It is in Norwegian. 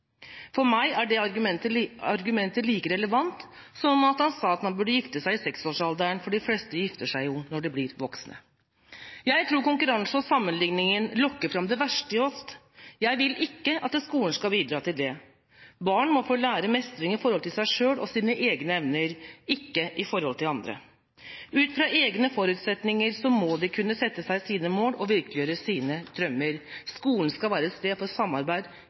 For meg er det argumentet like relevant som om man sa at barn burde gifte seg i seks-årsalderen. For de fleste gifter seg jo når de blir voksne. Jeg tror konkurransen og sammenligningen lokker fram det verste i oss. Jeg vil ikke at skolen skal bidra til det. Barn må få lære mestring i forhold til seg selv og sine egne evner, ikke i forhold til de andre. Ut fra egne forutsetninger må de kunne sette seg sine mål og virkeliggjøre sine drømmer. Skolen skal være et sted for samarbeid